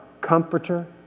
comforter